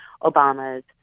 Obama's